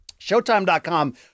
Showtime.com